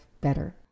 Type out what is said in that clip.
better